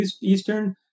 eastern